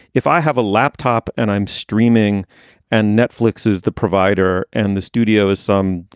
if i have a laptop and i'm streaming and netflix is the provider and the studio is some,